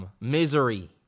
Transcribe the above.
Misery